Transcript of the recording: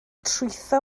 trwytho